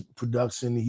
production